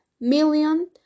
million